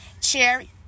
Cherry